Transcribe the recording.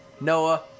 Noah